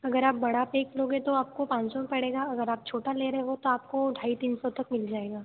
अगर आप बड़ा पेक लोगे तो आपको पाँच सौ में पड़ेगा अगर आप छोटा ले रहे तो आपको ढाई तीन सौ तक मिल जाएगा